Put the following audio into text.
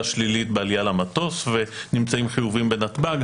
שלילית בעלייה למטוס ונמצאים חיוביים בנתב"ג,